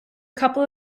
couple